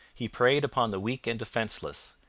he preyed upon the weak and defenceless,